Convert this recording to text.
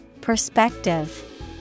Perspective